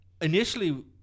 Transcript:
Initially